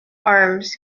arms